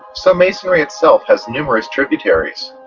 so masonry itself has numerous tributaries.